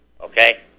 Okay